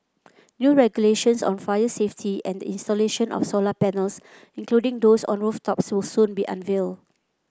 new regulations on fire safety and the installation of solar panels including those on rooftops will soon be unveiled